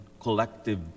collective